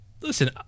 listen